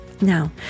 Now